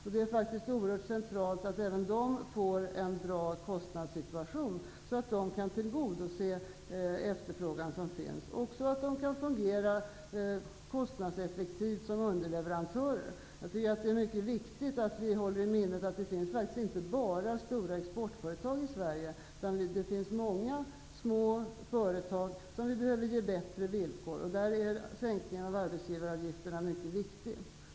Det är oerhört centralt att även de får en bra kostnadssituation, så att de kan tillgodose den efterfrågan som finns och kan fungera kostnadseffektivt som underleverantörer. Jag tycker det är mycket viktigt att vi håller i minnet att det inte bara finns stora exportföretag i Sverige. Det finns många små företag som vi behöver ge bättre villkor. I det sammanhanget är sänkningen av arbetsgivaravgifterna mycket viktig.